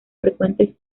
frecuentes